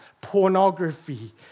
pornography